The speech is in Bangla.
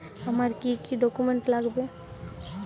আমার কি কি ডকুমেন্ট লাগবে?